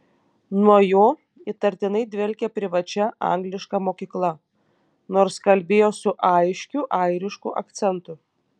nuo jo įtartinai dvelkė privačia angliška mokykla nors kalbėjo su aiškiu airišku akcentu